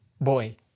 boy